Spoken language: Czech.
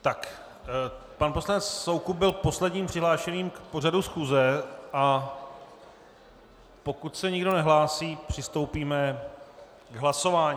Tak pan poslanec Soukup byl posledním přihlášeným k pořadu schůze, a pokud se nikdo nehlásí, přistoupíme k hlasování.